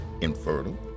infertile